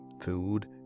food